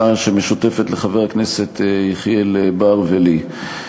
הצעה שמשותפת לחבר הכנסת יחיאל בר ולי.